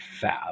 fab